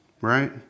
Right